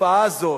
שהתופעה הזאת,